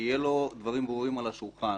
יהיו לו דברים ברורים על השולחן